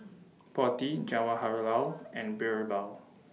Potti Jawaharlal and Birbal